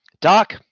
Doc